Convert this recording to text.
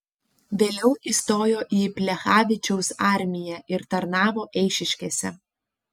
vėliau įstojo į plechavičiaus armiją ir tarnavo eišiškėse